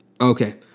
Okay